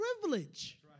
privilege